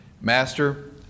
Master